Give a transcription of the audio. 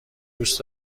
دوست